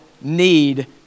need